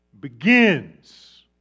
begins